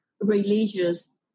religious